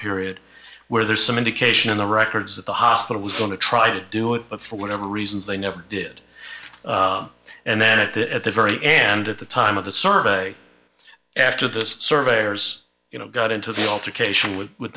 period where there's some indication in the records that the hospital was going to try to do it but for whatever reasons they never did and then it at the very end at the time of the survey after this surveyor's you know got into the altercation with